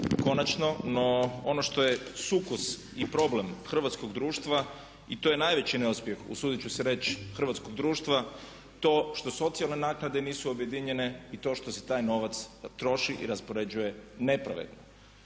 konačno, no ono što je sukus i problem hrvatskog društva i to je najveći neuspjeh usudit ću se reći hrvatskog društva to što socijalne naknade nisu objedinjene i to što se taj novac troši i raspoređuje nepravedno.